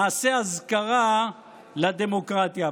נעשה אזכרה לדמוקרטיה.